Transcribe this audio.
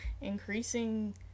increasing